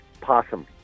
possum